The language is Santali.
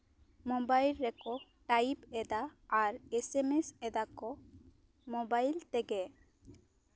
ᱢᱳᱵᱟᱭᱤᱞ ᱨᱮᱠᱚ ᱴᱟᱭᱤᱯ ᱮᱫᱟ ᱟᱨ ᱮᱥᱮᱢᱮᱥ ᱮᱫᱟ ᱠᱚ ᱢᱳᱵᱟᱭᱤᱞ ᱛᱮᱜᱮ